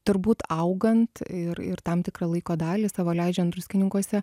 turbūt augant ir ir tam tikrą laiko dalį savo leidžiant druskininkuose